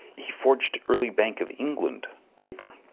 he forged early bank of england paper.